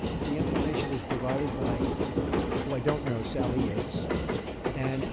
ah the information was provided by who i don't know sally yates and